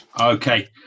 Okay